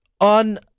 on